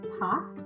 talk